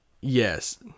Yes